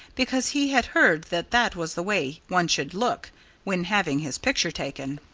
because he had heard that that was the way one should look when having his picture taken.